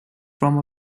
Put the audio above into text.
from